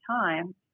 time